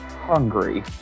hungry